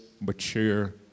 mature